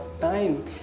time